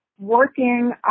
working